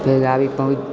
फेर गाड़ी पहुँच